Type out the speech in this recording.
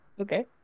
Okay